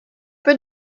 peu